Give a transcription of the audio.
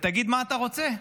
ותגיד מה אתה רוצה,